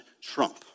Trump